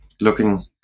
Looking